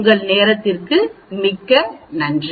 உங்கள் நேரத்திற்கு மிக்க நன்றி